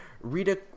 Rita